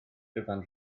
dyfan